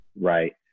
Right